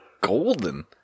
golden